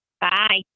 bye